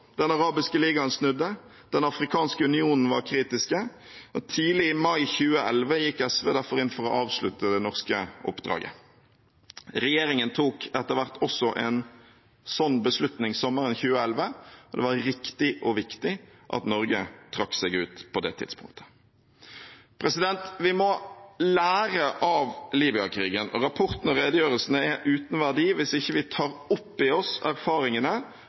Den arabiske liga snudde. Den afrikanske union var kritisk. Tidlig i mai 2011 gikk SV derfor inn for å avslutte det norske oppdraget. Regjeringen tok etter hvert også en slik beslutning sommeren 2011. Det var riktig og viktig at Norge trakk seg ut på det tidspunktet. Vi må lære av Libya-krigen. Rapporten og redegjørelsene er uten verdi hvis vi ikke tar opp i oss erfaringene